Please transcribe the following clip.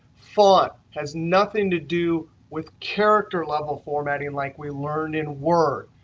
font has nothing to do with character-level formatting like we learned in word.